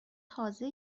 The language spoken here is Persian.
تازه